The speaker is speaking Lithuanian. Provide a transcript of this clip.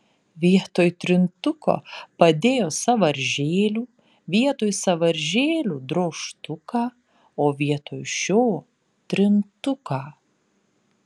vietoj trintuko padėjo sąvaržėlių vietoj sąvaržėlių drožtuką o vietoj šio trintuką